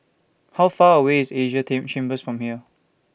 How Far away IS Asia Chambers from here